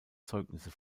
zeugnisse